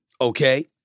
Okay